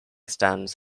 stands